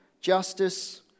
justice